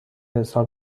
ارسال